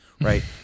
right